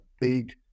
big